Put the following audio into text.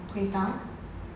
queenstown